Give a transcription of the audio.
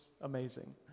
amazing